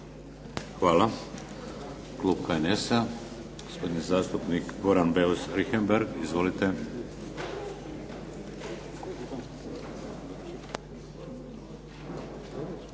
Hvala. Klub HNS-a, gospodin zastupnik Goran Beus Richembergh. Izvolite.